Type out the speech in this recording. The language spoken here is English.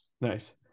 Nice